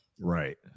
Right